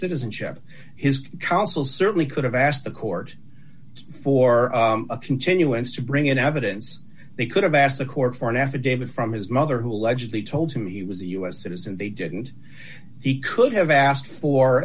citizenship his counsel certainly could have asked the court for a continuance to bring in evidence they could have asked the court for an affidavit from his mother who allegedly told him he was a u s citizen they didn't he could have asked for